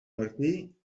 martí